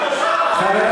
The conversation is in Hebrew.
אתה תדבר,